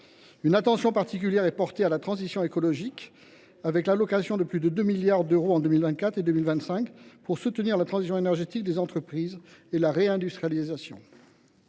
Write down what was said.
Une attention particulière est accordée à la transition écologique, avec l’allocation de plus de 2 milliards d’euros en 2024 et 2025 pour soutenir celle des entreprises et la réindustrialisation.